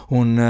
un